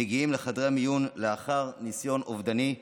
מגיעים לחדרי מיון לאחר ניסיון אובדני,